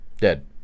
Dead